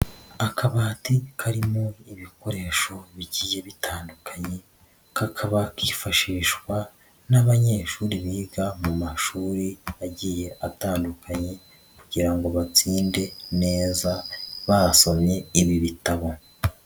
Akabati karimo ibikoresho bigiye bitandukanye, kakaba kifashishwa n'abanyeshuri biga mu mashuri agiye atandukanye kugira ngo batsinde neza basomye ibi bitabo.